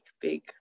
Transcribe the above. big